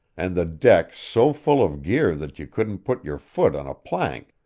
and the deck so full of gear that you couldn't put your foot on a plank,